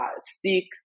Stick